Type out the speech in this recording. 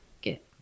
get